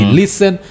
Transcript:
listen